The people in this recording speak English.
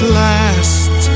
last